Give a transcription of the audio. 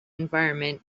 environment